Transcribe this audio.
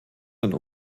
ein